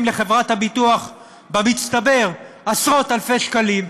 לחברת הביטוח במצטבר עשרות-אלפי שקלים,